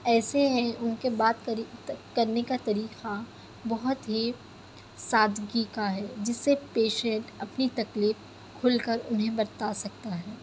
ایسے ہیں ان کے بات کرے کرنے کا طریقہ بہت ہی سادگی کا ہے جس سے پیشنٹ اپنی تکلیف کھل کر انہیں بتا سکتا ہے